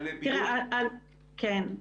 כן.